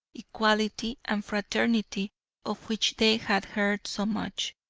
equality, and fraternity of which they had heard so much,